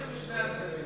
בוא נתחיל משני הצדדים.